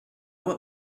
what